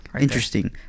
Interesting